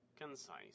concise